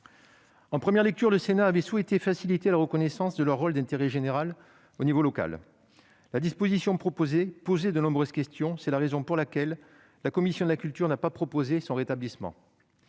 En première lecture, le Sénat avait souhaité faciliter la reconnaissance de leur rôle d'intérêt général au niveau local, mais la disposition proposée posait de nombreuses questions, raison pour laquelle la commission de la culture n'a pas proposé son rétablissement.